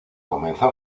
comenzó